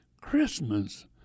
Christmas